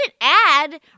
add